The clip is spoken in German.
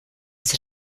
sie